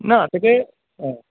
ना तेका हय